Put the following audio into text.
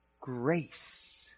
grace